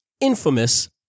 infamous